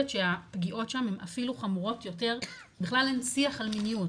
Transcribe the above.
שהפגיעות שם הן אפילו חמורות יותר בכלל אין שיח על מיניות,